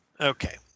Okay